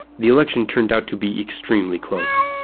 the election turned out to be extremely close.